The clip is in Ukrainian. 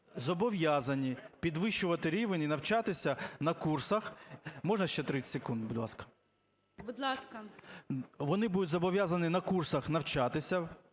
зобов'язані підвищувати рівень і навчатися на курсах. Можна ще 30 секунд, будь ласка? ГОЛОВУЮЧИЙ. Будь ласка. ПИСАРЕНКО В.В. Вони будуть зобов'язані на курсах навчатися,